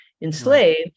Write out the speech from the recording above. enslaved